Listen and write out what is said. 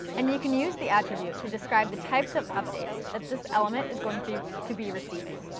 and you can use the attribute to describe the types of updates that this element is going to to be receiving.